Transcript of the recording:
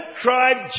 cried